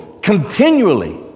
continually